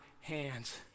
hands